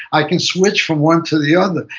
i can switch from one to the other.